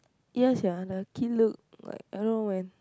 ya sia lucky look like I don't know when